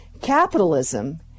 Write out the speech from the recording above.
Capitalism